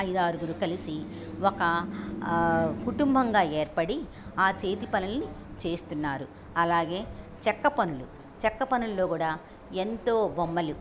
ఐదారుగురు కలిసి ఒక కుటుంబంగా ఏర్పడి ఆ చేతి పనులు చేస్తున్నారు అలాగే చెక్క పనులు చెక్క పనుల్లో కూడా ఎంతో బొమ్మలు